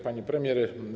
Pani Premier!